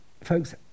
folks